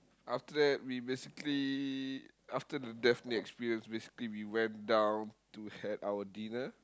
after that we basically after that death near experience basically we went down to had our dinner